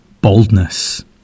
boldness